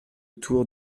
tour